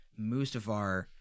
Mustafar